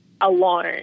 alone